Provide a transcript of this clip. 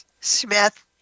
Smith